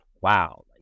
wow